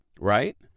right